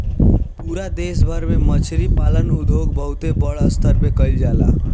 पूरा देश भर में मछरी पालन उद्योग बहुते बड़ स्तर पे कईल जाला